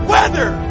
Weather